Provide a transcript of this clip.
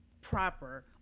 proper